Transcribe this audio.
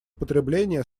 потребления